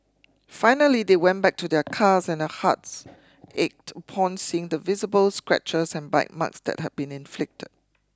finally they went back to their cars and their hearts ached upon seeing the visible scratches and bite marks that had been inflicted